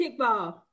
Kickball